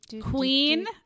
Queen